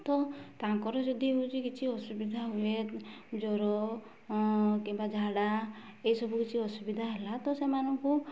ତ ତାଙ୍କର ଯଦି ହେଉଛି କିଛି ଅସୁବିଧା ହୁଏ ଜର କିମ୍ବା ଝାଡ଼ା ଏଇସବୁ କିଛି ଅସୁବିଧା ହେଲା ତ ସେମାନଙ୍କୁ